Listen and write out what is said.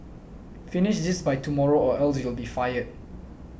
finish this by tomorrow or else you'll be fired